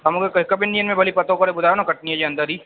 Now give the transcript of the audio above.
तव्हां मूंखे हिकु ॿिनि ॾींहंनि में भली पतो करे ॿुधायो न कटनीअ जे अंदरि ई